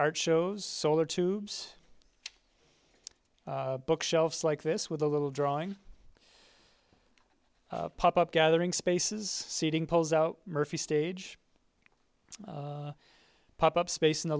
art shows solar tubes bookshelves like this with a little drawing pop up gathering spaces seating poles out murphy stage pop up space in the